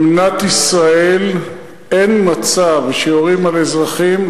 במדינת ישראל אין מצב שיורים על אזרחים,